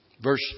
verse